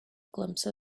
glimpse